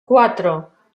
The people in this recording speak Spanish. cuatro